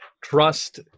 Trust